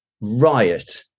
riot